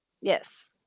Yes